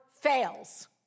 fails